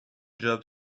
job